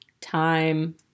time